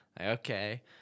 Okay